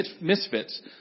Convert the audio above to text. misfits